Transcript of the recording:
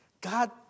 God